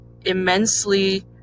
immensely